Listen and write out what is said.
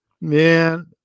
Man